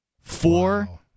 four